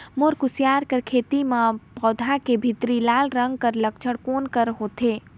मोर कुसियार कर खेती म पौधा के भीतरी लाल रंग कर लक्षण कौन कर होथे?